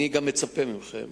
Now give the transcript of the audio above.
אני גם מצפה מכם,